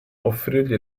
offrirgli